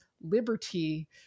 liberty